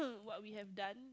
of what we have done